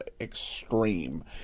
extreme